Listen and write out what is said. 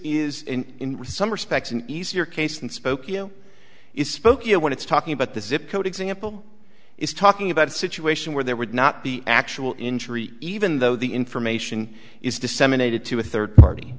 this is in some respects an easier case and spokeo is spoke you know when it's talking about the zip code example is talking about a situation where there would not be actual injury even though the information is disseminated to a third party